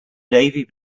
navy